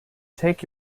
take